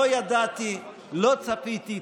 לא ידעתי, לא צפיתי.